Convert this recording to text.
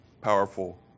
powerful